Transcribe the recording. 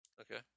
okay